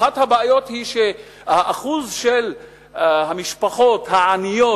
אחת הבעיות היא ששיעור המשפחות העניות